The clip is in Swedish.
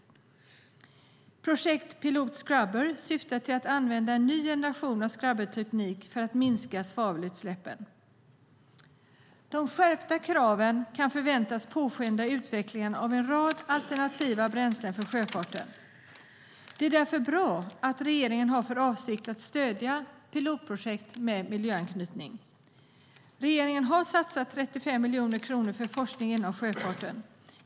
Vi har också projektet Pilot Scrubber som syftar till att använda en ny generation av skrubberteknik för att minska svavelutsläppen. De skärpta kraven kan förväntas påskynda utvecklingen av en rad alternativa bränslen för sjöfarten. Det är därför bra att regeringen har för avsikt att stödja pilotprojekt med miljöanknytning. Regeringen har satsat 35 miljoner kronor på forskning inom sjöfarten.